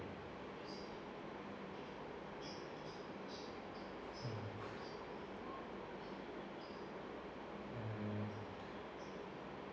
mm